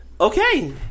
Okay